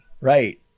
Right